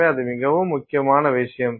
எனவே அது மிக முக்கியமான விஷயம்